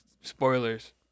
spoilers